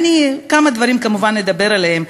כמה דברים שכמובן אדבר עליהם.